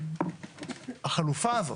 החלופה הזאת,